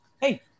Hey